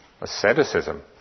asceticism